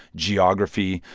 geography,